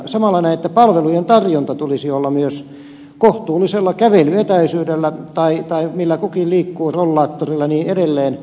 samalla näitten palvelujen tarjonnan tulisi olla myös kohtuullisella kävelyetäisyydellä tai millä kukin liikkuu rollaattorilla ja niin edelleen